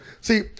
See